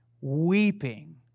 weeping